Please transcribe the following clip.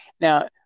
now